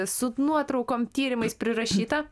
su nuotraukom tyrimais prirašyta